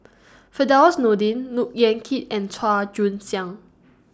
Firdaus Nordin Look Yan Kit and Chua Joon Siang